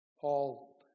Paul